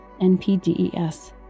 NPDES